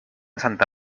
santa